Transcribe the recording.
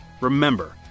Remember